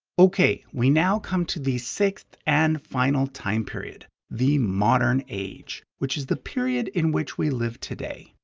okay, we now come to the sixth and final time period the modern age which is the period in which we live today.